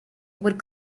would